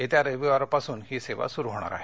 येत्या रविवारपासून ही सेवा सूरू होणार आहे